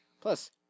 Plus